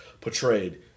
portrayed